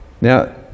Now